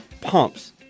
pumps